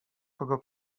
kogo